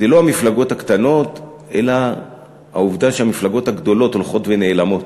זה לא המפלגות הקטנות אלא העובדה שהמפלגות הגדולות הולכות ונעלמות,